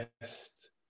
best